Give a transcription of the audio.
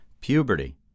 Puberty